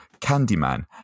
Candyman